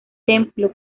templo